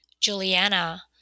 Juliana